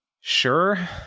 sure